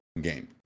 game